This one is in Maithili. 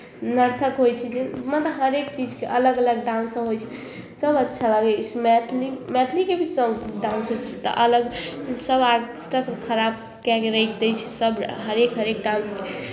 नर्तक होइ छिकै मतलब हरेक चीजके अलग अलग डांस होइ छै सभ अच्छा लागै छै मैथिली मैथिलीके भी सोंग डांस अलग सभ आज तक खराब कए कऽ राखि दै छै सभ हरेक हरेक डांस